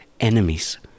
enemies